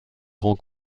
grand